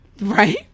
Right